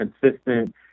consistent